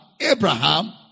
Abraham